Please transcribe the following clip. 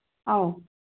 ꯑꯧ